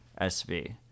SV